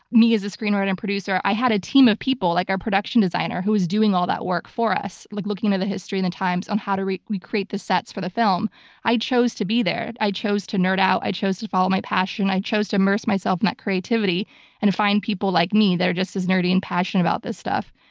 me as a screenwriter and producer i had a team of people, like our production designer who was doing all that work for us. like looking at the history and the times on how to recreate the sets for the film i chose to be there. i chose to nerd out, i chose to follow my passion. i chose to immerse myself in that creativity and to find people like me that are just as nerdy and passionate about this stuff.